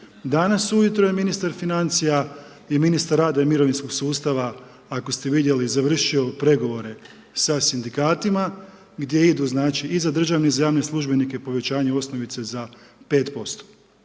Danas ujutro je ministar financija i ministar rada i mirovinskog sustava ako ste vidjeli završio pregovore sa sindikatima gdje idu znači i za državne i javne službenike povećanje osnovice za 5%,